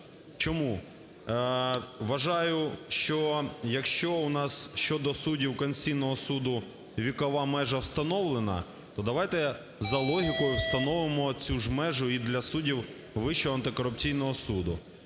Чому? Вважаю, що, якщо у нас щодо суддів Конституційного Суду вікова межа встановлена, то давайте за логікою встановимо цю ж межу і для суддів Вищого антикорупційного суду.